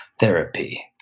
therapy